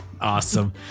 Awesome